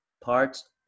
parts